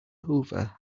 hoover